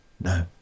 No